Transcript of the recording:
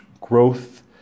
growth